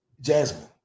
Jasmine